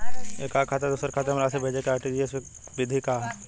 एकह खाता से दूसर खाता में राशि भेजेके आर.टी.जी.एस विधि का ह?